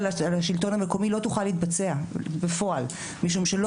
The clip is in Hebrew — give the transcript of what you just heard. על השלטון המקומי לא תוכל להתבצע בפועל ולא